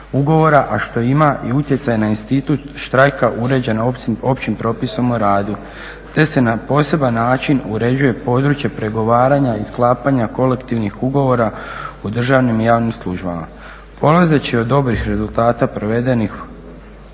ugovora, a što ima i utjecaj na institut štrajka uređena općim propisom o radu te se na poseban način uređuje područje pregovaranja i sklapanja kolektivnih ugovora u državnim i javnim službama. Polazeći od dobrih rezultata provedenih